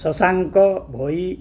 Shashank Bhoi